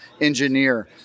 engineer